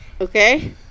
okay